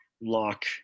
lock